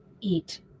eat